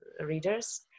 readers